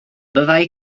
byddai